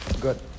Good